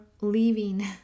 leaving